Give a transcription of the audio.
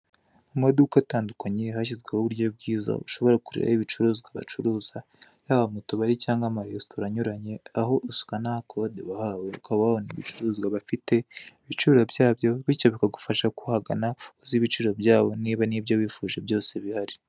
Mu maduka atandukanye hashizweho uburyo bwiza ushobora kurebaho ibicururuzwa bacuruza haba mutubari cyangwa mu maresitora anyuranye aho usikana kode wahawe ukaba wabona ibicuruzwa bafite, ibiciro byabyo bityo bikagufasha ko ubagana uzi ibiciro byabo niba n'ibyo wifuje byose bihari.